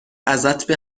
ازت